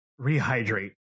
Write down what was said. rehydrate